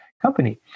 Company